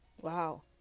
Wow